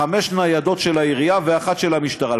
חמש ניידות של העירייה ואחת של המשטרה.